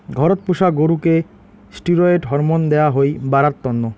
ঘরত পুষা গরুকে ষ্টিরৈড হরমোন দেয়া হই বাড়ার তন্ন